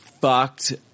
fucked